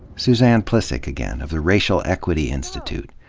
suzanne plihcik again, of the racial equity institute,